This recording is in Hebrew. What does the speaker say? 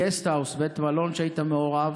גסטהאוס, בית מלון, שהיית מעורב,